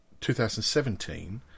2017